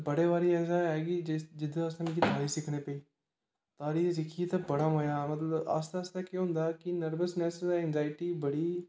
बड़े बारी ऐसा होएआ कि जिस आस्तै मिगी तारी सिक्खनी पेई तारी सिक्खी ते बड़ा मज़ा आया मतलब आस्ता आस्ता केह् होंदा कि नर्वसनैस्स ते इंजाईटी बड़ी